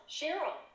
Cheryl